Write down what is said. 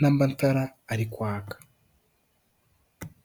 n'amatara ari kwaka.